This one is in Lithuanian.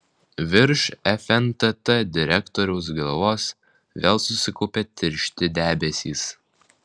virš fntt direktoriaus galvos vėl susikaupė tiršti debesys